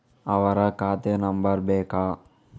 ಅವರ ಖಾತೆ ನಂಬರ್ ಬೇಕಾ?